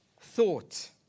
thought